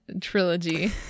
trilogy